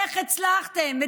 איך הצלחתם?